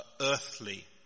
earthly